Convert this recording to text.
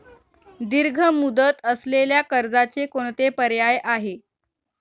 दीर्घ मुदत असलेल्या कर्जाचे कोणते पर्याय आहे?